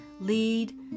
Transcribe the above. lead